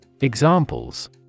Examples